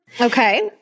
Okay